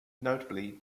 notably